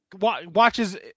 Watches